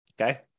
okay